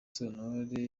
sentore